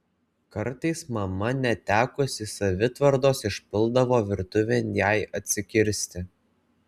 kartais mama netekusi savitvardos išpuldavo virtuvėn jai atsikirsti